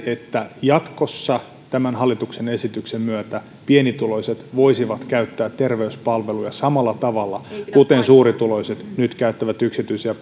että jatkossa tämän hallituksen esityksen myötä pienituloiset voisivat käyttää terveyspalveluja samalla tavalla kuin suurituloiset nyt käyttävät yksityisiä